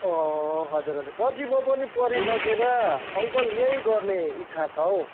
हजुर हजुर हजुर पछि म पनि पढिसकेर अङ्कल यही गर्ने इच्छा छ हौ